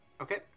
Okay